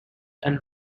and